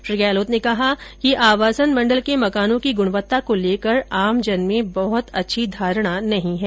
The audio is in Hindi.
श्री गहलोत ने कहा कि आवासन मंडल के मकानों की गुणवत्ता को लेकर आमजन में बहुत अच्छी धारणा नहीं है